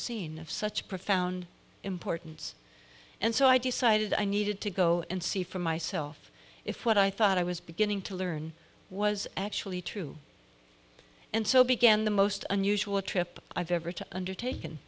seen of such profound importance and so i decided i needed to go and see for myself if what i thought i was beginning to learn was actually true and so began the most unusual trip i've ever to undertak